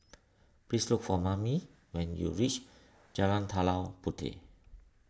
please look for Mame when you reach Jalan Tanah Puteh